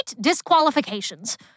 disqualifications